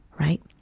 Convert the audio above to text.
right